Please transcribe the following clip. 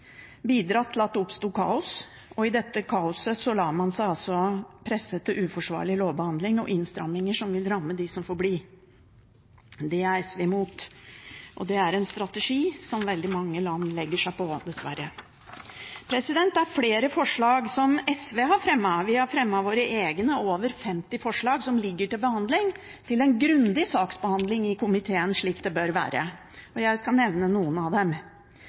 bidratt til at det oppsto kaos, og i dette kaoset lar man seg altså presse til uforsvarlig lovbehandling og innstramminger som vil ramme dem som får bli. Det er SV mot, og det er en strategi som veldig mange land legger seg på, dessverre. Det er flere forslag som SV har fremmet. Vi har fremmet våre egne forslag, over 50, som ligger til behandling – til en grundig saksbehandling i komiteen, slik det bør være. Jeg skal nevne noen av dem.